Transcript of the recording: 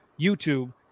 YouTube